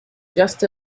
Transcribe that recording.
just